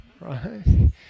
right